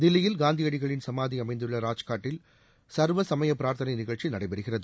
தில்லியில் காந்தியடிகளின் சமாதி அமைந்துள்ள ராஜ்காட்டில் சா்வ சமய பிராா்த்தனை நிகழ்ச்சி நடைபெறுகிறது